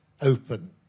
open